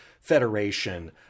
Federation